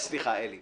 סליחה, אלי.